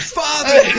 father